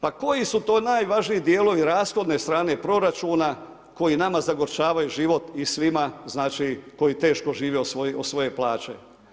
Pa koji su to najvažniji dijelovi rashodne strane proračuna koji nama zagorčavaju život i svima znači, koji teško žive od svoje plaće?